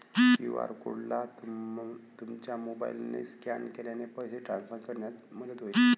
QR कोडला तुमच्या मोबाईलने स्कॅन केल्यास पैसे ट्रान्सफर करण्यात मदत होईल